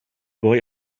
boy